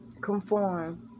conform